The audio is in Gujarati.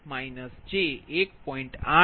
82 j0